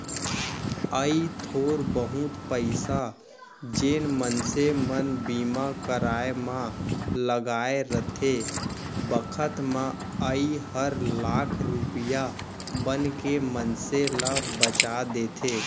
अइ थोर बहुत पइसा जेन मनसे मन बीमा कराय म लगाय रथें बखत म अइ हर लाख रूपया बनके मनसे ल बचा देथे